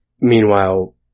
Meanwhile